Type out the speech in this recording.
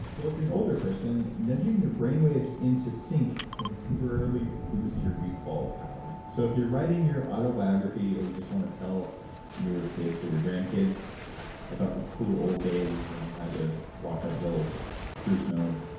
well, if you're an older person, nudging your brainwaves into sync can temporarily boost your recall powers. so if you're writing your autobiography or you just want to tell your kids or your grandkids about the cool old days when you had to walk uphill through snow,